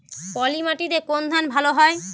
পলিমাটিতে কোন ধান ভালো হয়?